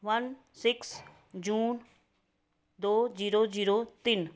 one six June ਦੋ zero zero ਤਿੰਨ